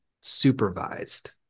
supervised